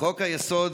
חוק-היסוד